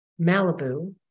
Malibu